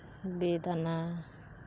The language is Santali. ᱵᱮᱫᱟᱱᱟ